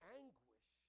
anguish